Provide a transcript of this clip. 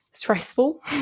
Stressful